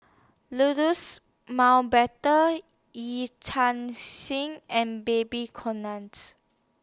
Mountbatten Yee Chia and Babes